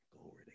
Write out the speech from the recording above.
Glory